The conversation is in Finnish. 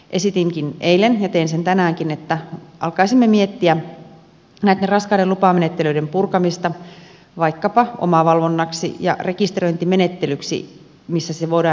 esitinkin eilen ja teen sen tänäänkin että alkaisimme miettiä näitten raskaiden lupamenettelyiden purkamista vaikkapa omavalvonnaksi ja rekisteröintimenettelyksi missä se voidaan tehdä